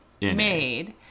made